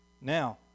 Now